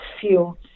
feel